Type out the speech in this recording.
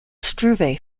struve